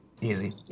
Easy